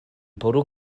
bwrw